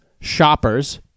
shoppers